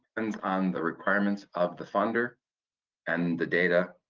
and on the requirements of the funder and the data